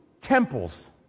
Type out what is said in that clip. temples